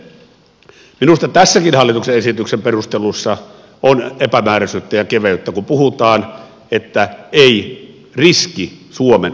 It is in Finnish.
minusta tämänkin hallituksen esityksen perusteluissa on epämääräisyyttä ja keveyttä kun puhutaan että ei riski suomen osalta kasva